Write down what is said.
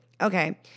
Okay